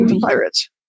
pirates